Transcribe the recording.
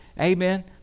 Amen